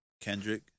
Kendrick